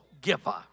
giver